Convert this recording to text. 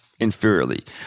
inferiorly